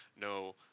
no